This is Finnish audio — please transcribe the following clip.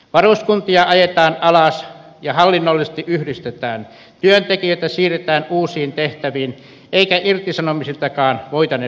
varuskuntia ajetaan alas ja hallinnollisesti yhdistetään työntekijöitä siirretään uusiin tehtäviin eikä irtisanomisiltakaan voitane välttyä